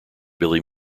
billy